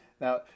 Now